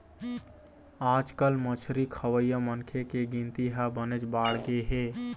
आजकाल मछरी खवइया मनखे के गिनती ह बनेच बाढ़गे हे